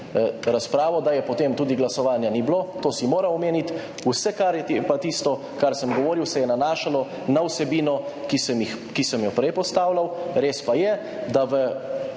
razpravo, potem tudi glasovanja ni bilo, to si moral omeniti. Vse, kar sem govoril, se je nanašalo na vsebino, ki sem jo prej postavljal. Res pa je, da v